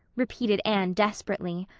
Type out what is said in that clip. repeated anne desperately.